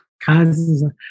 causes